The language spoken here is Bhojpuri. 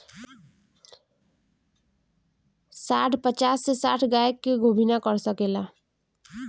सांड पचास से साठ गाय के गोभिना कर सके ला